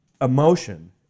emotion